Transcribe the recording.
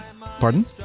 Pardon